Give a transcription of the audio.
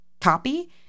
copy